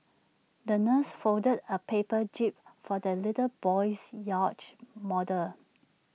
the nurse folded A paper jib for the little boy's yacht model